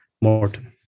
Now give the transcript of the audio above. Morton